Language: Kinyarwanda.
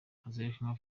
hazerekanwa